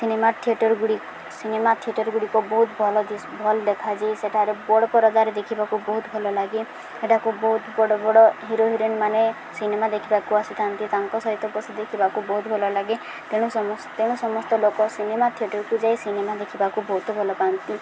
cinema theatre cinema ଥିଏଟରଗୁଡ଼ିକ ବହୁତ ଭଲ ଭଲ ଦେଖାଯାଏ ସେଠାରେ ବଡ଼ ପରଦାରେ ଦେଖିବାକୁ ବହୁତ ଭଲ ଲାଗେ ସେଠାକୁ ବହୁତ ବଡ଼ ବଡ଼ ହିରୋ ହିରୋଇନମାନେ ସିନେମା ଦେଖିବାକୁ ଆସିଥାନ୍ତି ତାଙ୍କ ସହିତ ବସି ଦେଖିବାକୁ ବହୁତ ଭଲ ଲାଗେ ତେଣୁ ତେଣୁ ସମସ୍ତ ଲୋକ ସିନେମା ଥିଏଟରକୁ ଯାଇ ସିନେମା ଦେଖିବାକୁ ବହୁତ ଭଲ ପାଆନ୍ତି